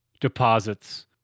deposits